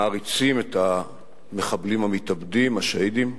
מעריצים את המחבלים המתאבדים, השהידים,